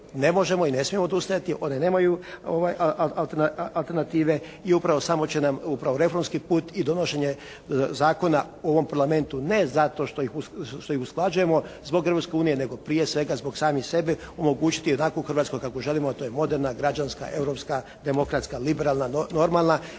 ne možemo i ne smijemo odustajati, one nemaju alternative i upravo samo će nam reformski put i donošenje zakona u ovom Parlamentu, ne zato što ih usklađujemo zbog Europske unije, nego prije svega zbog samih sebe omogućiti onakvu Hrvatsku kakvu želimo a to je moderna, građanska, europska, demokratska, liberalna, normalna